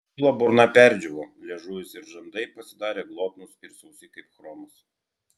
bilo burna perdžiūvo liežuvis ir žandai pasidarė glotnūs ir sausi kaip chromas